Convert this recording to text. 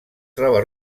troba